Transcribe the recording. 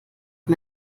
auf